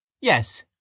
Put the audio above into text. Yes